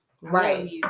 right